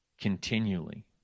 continually